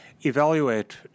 evaluate